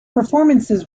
performances